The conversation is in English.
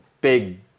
big